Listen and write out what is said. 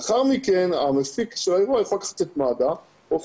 לאחר מכן המפיק של האירוע יכול לקחת את מד"א או יכול